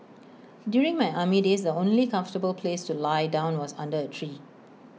during my army days the only comfortable place to lie down was under A tree